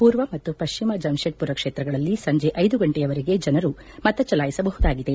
ಪೂರ್ವ ಮತ್ತು ಪಶ್ಚಿಮ ಜಮ್ಷೆಡ್ಮರ ಕ್ಷೇತ್ರಗಳಲ್ಲಿ ಸಂಜೆ ಐದು ಗಂಟೆಯವರೆಗೆ ಜನರು ಮತ ಚಲಾಯಿಸಬಹುದಾಗಿದೆ